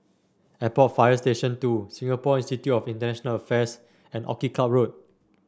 Airport Fire Station Two Singapore Institute of International Affairs and Orchid Club Road